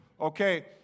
Okay